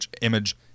image